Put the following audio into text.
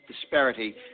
disparity